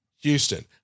Houston